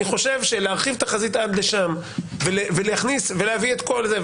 אני חושב שלהרחיב את החזית עד לשם ולהביא את כל זה,